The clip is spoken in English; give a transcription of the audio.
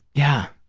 yeah.